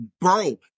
bro